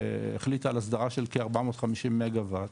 החליטה על הסדרה של כ- 450 מגה וואט